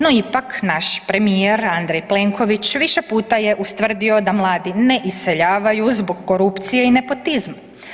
No ipak, naš premijer Andrej Plenković više puta je ustvrdio da mladi ne iseljavaju zbog korupcije i nepotizma.